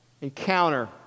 encounter